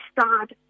start